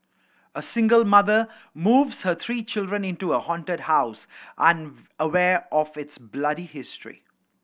a single mother moves her three children into a haunted house unaware of its bloody history